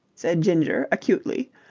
said ginger acutely.